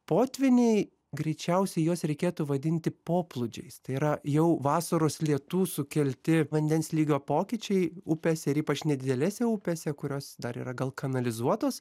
potvyniai greičiausiai juos reikėtų vadinti poplūdžiais tai yra jau vasaros lietų sukelti vandens lygio pokyčiai upėse ypač nedidelėse upėse kurios dar yra gal kanalizuotos